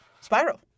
spiral